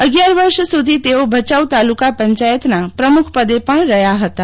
અગિયાર વર્ષ સુધી તેઓ ભયાઉ તાલુકા પંચાયતના પ્રમુખપદે પણ રહ્યા હતાં